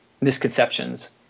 misconceptions